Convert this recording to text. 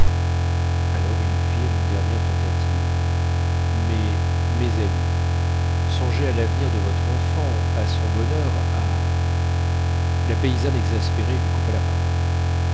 alors ils firent une dernière tentative mais mes amis songez à l'avenir de votre enfant à son bonheur à la paysanne exaspérée lui coupa la parole